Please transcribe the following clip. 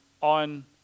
on